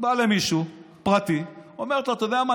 באה למישהו פרטי ואומרת לו: אתה יודע מה?